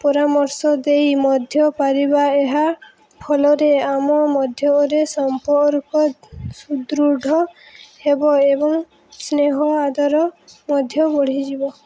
ପରାମର୍ଶ ଦେଇ ମଧ୍ୟ ପାରିବା ଏହା ଫଲରେ ଆମ ମଧ୍ୟରେ ସମ୍ପର୍କ ସୁଦୃଢ଼ ହେବ ଏବଂ ସ୍ନେହ ଆଦର ମଧ୍ୟ ବଢ଼ିଯିବ